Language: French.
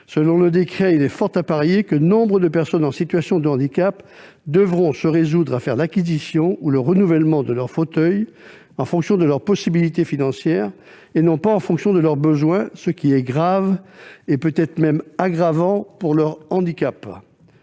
termes du décret, il y a fort à parier que nombre de personnes en situation de handicap vont devoir se résoudre à faire l'acquisition ou le renouvellement de leurs fauteuils en fonction de leurs possibilités financières, et non en fonction de leurs besoins, ce qui est grave et peut-être même aggravant pour leur handicap.